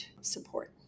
support